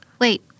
Wait